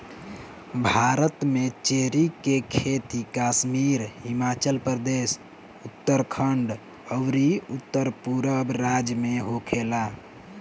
भारत में चेरी के खेती कश्मीर, हिमाचल प्रदेश, उत्तरखंड अउरी उत्तरपूरब राज्य में होखेला